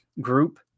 group